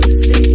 sleep